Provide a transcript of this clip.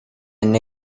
and